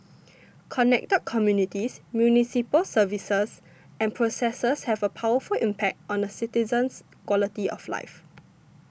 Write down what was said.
connected communities municipal services and processes have a powerful impact on a citizen's quality of life